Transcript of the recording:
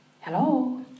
Hello